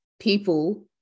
people